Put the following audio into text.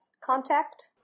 contact